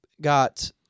got